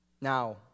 Now